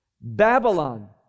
babylon